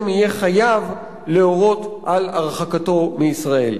יהיה חייב להורות על הרחקתו מישראל.